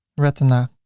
retina,